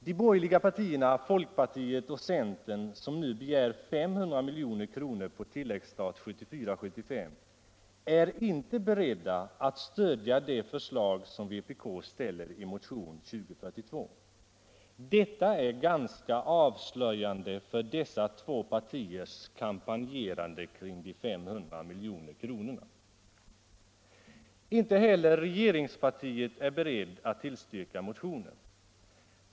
De borgerliga partierna folkpartiet och centern som nu begär 500 milj.kr.på tilläggsstat 1974/1975 är inte beredda att stödja ett förslag som vpk ställer i motionen 2042. Detta är ganska avslöjande för dessa två partiers kampanjerande kring de 500 miljonerna. Inte heller regeringspartiet är berett att tillstyrka motionen.